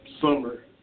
summer